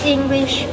English